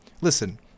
Listen